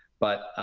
but